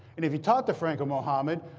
and if you talk to frank or muhammad,